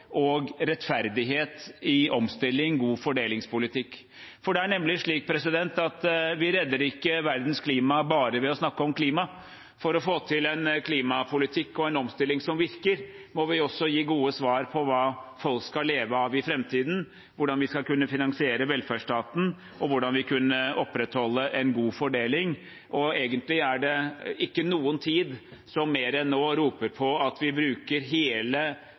rettferdighet i omstilling og god fordelingspolitikk – for vi redder ikke verdens klima bare ved å snakke om klima. For å få til en klimapolitikk og en omstilling som virker, må vi også gi gode svar på hva folk skal leve av i framtiden, hvordan vi skal kunne finansiere velferdsstaten, og hvordan vi kan opprettholde en god fordeling. Egentlig er det ikke noen tid som mer enn nå roper på at vi bruker hele